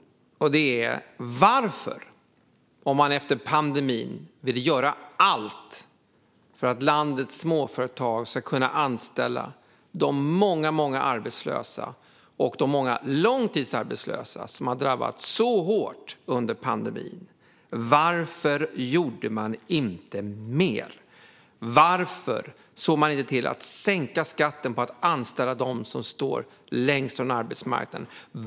Varför gjorde man inte mer om man efter pandemin ville göra allt för att landets småföretag ska kunna anställa de många arbetslösa och de många långtidsarbetslösa som har drabbats hårt under denna tid? Varför såg man inte till att sänka skatten på att anställa dem som står längst från arbetsmarknaden?